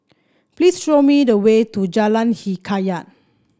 please show me the way to Jalan Hikayat